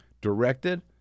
directed